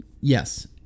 Yes